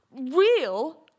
real